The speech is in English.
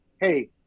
hey